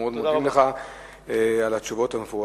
חבר הכנסת נחמן שי שאל את שר התשתיות הלאומיות